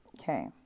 Okay